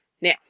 Now